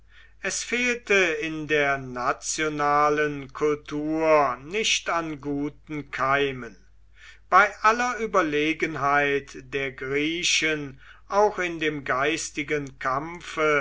es fehlte in der nationalen kultur nicht an guten keimen bei aller überlegenheit der griechen auch in dem geistigen kampfe